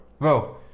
No